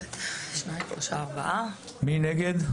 מי נגד?